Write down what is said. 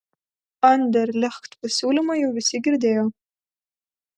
anderlecht pasiūlymą jau visi girdėjo